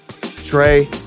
Trey